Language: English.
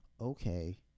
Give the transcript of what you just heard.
okay